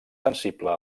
sensible